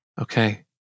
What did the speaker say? Okay